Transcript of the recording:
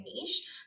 niche